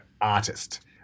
artist